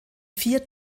vier